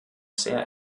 sehr